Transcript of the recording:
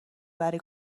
برای